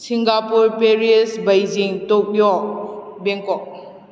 Singapore Paris Beijing Tokyo Bangkok